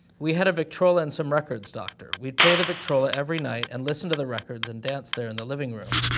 we had a victrola and some records, doctor. we'd play the victrola every night, and listen to the records and dance there in the living room.